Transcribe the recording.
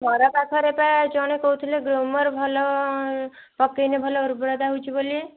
ଘର ପାଖରେ ପା ଜଣେ କହୁଥିଲେ ଗ୍ରୁମର ଭଲ ପକେଇନେ ଭଲ ଉର୍ବରତା ହଉଛି ବୋଲି